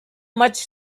much